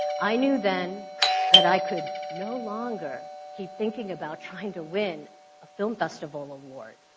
i knew then that i could no longer keep thinking about trying to win a film festival award.